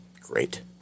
great